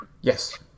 Yes